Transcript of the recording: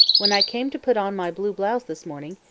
when i came to put on my blue blouse this morning,